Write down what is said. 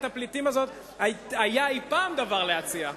הפליטים הזאת היה אי-פעם דבר להציע.